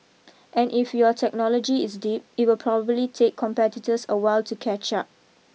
and if your technology is deep it will probably take competitors a while to catch up